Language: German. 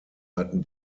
hatten